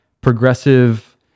progressive